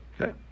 okay